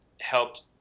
helped